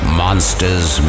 monsters